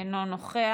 אינו נוכח.